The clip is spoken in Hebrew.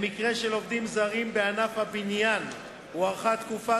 במקרה של עובדים זרים בענף הבניין הוארכה תקופה